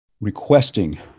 requesting